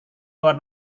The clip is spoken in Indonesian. luar